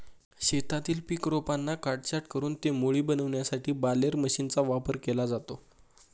शेतातील पीक रोपांना काटछाट करून ते मोळी बनविण्यासाठी बालेर मशीनचा वापर केला जातो